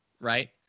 Right